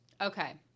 Okay